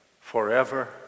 forever